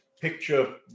picture